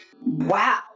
Wow